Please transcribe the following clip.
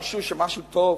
שום דבר לא טוב?